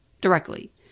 directly